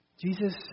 Jesus